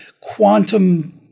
quantum